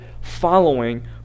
following